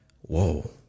whoa